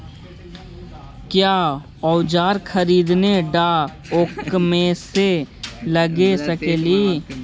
क्या ओजार खरीदने ड़ाओकमेसे लगे सकेली?